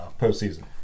postseason